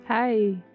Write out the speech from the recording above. hi